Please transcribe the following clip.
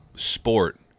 sport